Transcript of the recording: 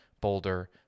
Boulder